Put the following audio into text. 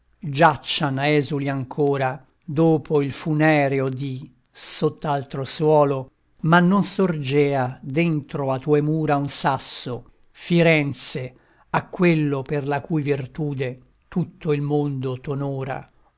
e l'ossa nude giaccian esuli ancora dopo il funereo dì sott'altro suolo ma non sorgea dentro a tue mura un sasso firenze a quello per la cui virtude tutto il mondo t'onora